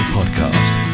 Podcast